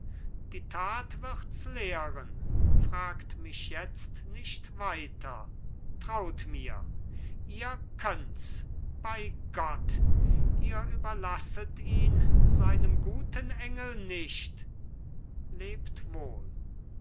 die tat wirds lehren fragt mich jetzt nicht weiter traut mir ihr könnts bei gott ihr überlasset ihn seinem guten engel nicht lebt wohl